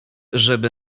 żeby